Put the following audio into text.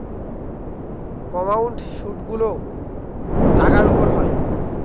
compound সুদগুলো টাকার উপর হয়